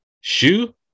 shoe